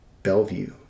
Bellevue